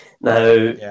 Now